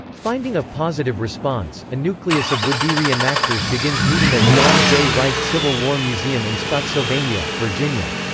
finding a positive response, a nucleus of would be re-enactors begins meeting at john j. wright civil war museum in spotsylvania, virginia.